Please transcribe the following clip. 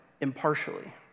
impartially